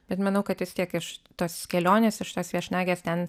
bet manau kad vis tiek iš tos kelionės iš tos viešnagės ten